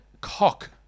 cock